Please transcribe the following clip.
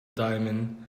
diamond